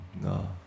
No